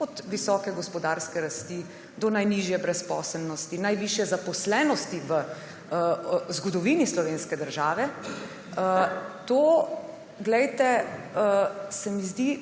od visoke gospodarske rasti do najnižje brezposelnosti, najvišje zaposlenosti v zgodovini slovenske države, to se mi zdi